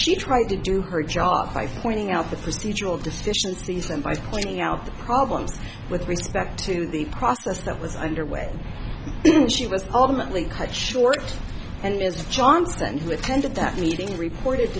she tried to do her job by for pointing out the procedural deficiencies and by pointing out the problems with respect to the process that was under way and she was ultimately cut short and his johnston who attended that meeting report